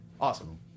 Awesome